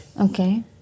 Okay